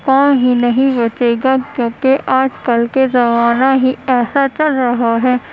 کام ہی نہیں بچے گا کیوں کہ آج کل کے زمانہ ہی ایسا چل رہا ہے